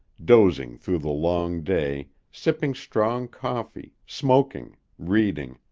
dozing through the long day, sipping strong coffee, smoking, reading.